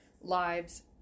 lives